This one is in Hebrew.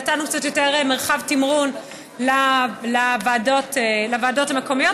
נתנו קצת יותר מרחב תמרון לוועדות המקומיות